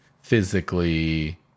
physically